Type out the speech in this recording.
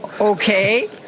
Okay